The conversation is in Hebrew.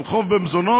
על חוב מזונות